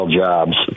jobs